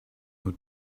who